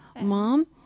Mom